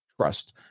trust